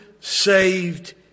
saved